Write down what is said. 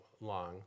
long